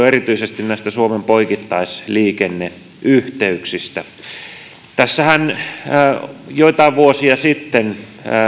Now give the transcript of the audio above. erityisesti näistä suomen poikittaisliikenneyhteyksistä tässähän joitain vuosia sitten